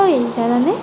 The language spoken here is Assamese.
ঐ জানানে